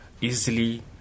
easily